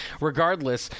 regardless